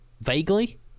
vaguely